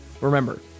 Remember